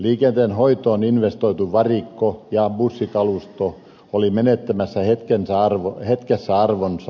liikenteen hoitoon investoitu varikko ja bussikalusto oli menettämässä hetkessä arvonsa